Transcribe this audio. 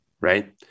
right